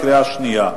בקריאה שנייה.